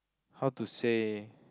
how to say